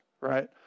right